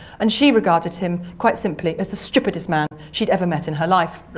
and she regarded him quite simply as the stupidest man she'd ever met in her life.